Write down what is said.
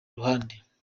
ruhande